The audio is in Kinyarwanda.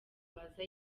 baza